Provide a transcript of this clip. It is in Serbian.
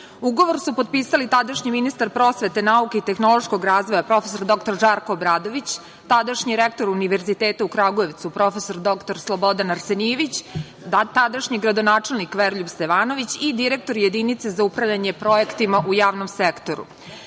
Ugovor su potpisali tadašnji ministar prosvete, nauke i tehnološkog razvoja, prof. dr Žarko Obradović, tadašnji rektor Univerziteta u Kragujevcu, prof. dr Slobodan Arsenijević, tadašnji gradonačelnik Veroljub Stevanović i direktor jedinice za upravljanje projektima u javnom sektoru. Centar